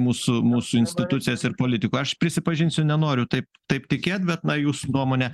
mūsų mūsų institucijas ir politikų aš prisipažinsiu nenoriu taip taip tikėt bet na jūsų nuomonė